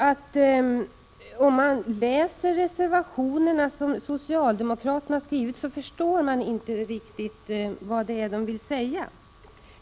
När jag läser socialdemokraternas reservationer förstår jag inte riktigt vad de där vill säga.